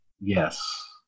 Yes